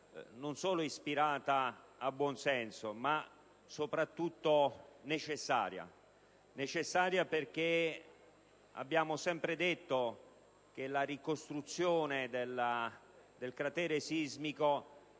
non solo ispirata al buonsenso ma soprattutto necessaria. Necessaria perché abbiamo sempre detto che la ricostruzione del cratere sismico